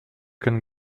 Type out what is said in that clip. can